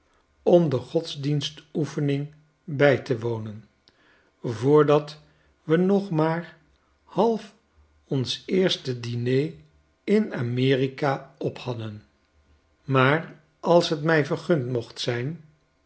om de godsdienstoefening bij te wonen voordat we nog maar half ons eerste diner in a m e r i k a ophadden maar als t my vergund mocht zijn